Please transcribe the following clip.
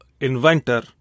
inventor